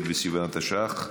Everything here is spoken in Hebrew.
י"ד בסיוון התשע"ח,